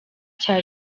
cya